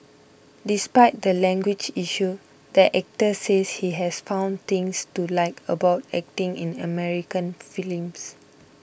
despite the language issue the actor says he has found things to like about acting in American films